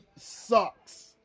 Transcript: sucks